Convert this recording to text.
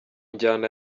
njyana